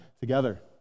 together